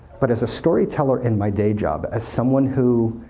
but as a storyteller in my day job, as someone who